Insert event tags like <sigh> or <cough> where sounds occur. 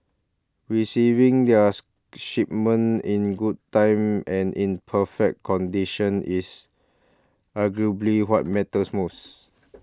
receiving their <noise> shipment in good time and in perfect condition is arguably what matters most